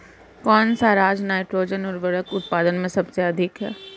कौन सा राज नाइट्रोजन उर्वरक उत्पादन में सबसे अधिक है?